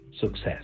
success